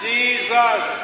Jesus